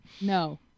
no